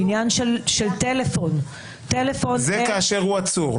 בעניין של טלפון --- זה כאשר הוא עצור.